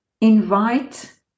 invite